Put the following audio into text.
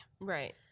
Right